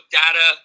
data